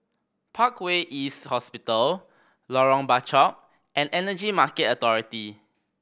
Parkway East Hospital Lorong Bachok and Energy Market Authority